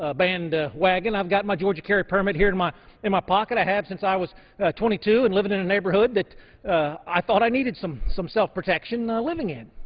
ah but and and i've got my georgia carry permit here in my in my pocket. i have since i was twenty two and living in a neighborhood that i thought i needed some some self-protection living in.